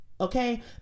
okay